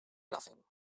nothing